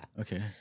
Okay